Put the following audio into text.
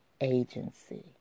agency